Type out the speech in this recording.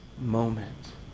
moment